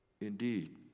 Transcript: Indeed